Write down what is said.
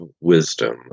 wisdom